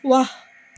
ৱাহ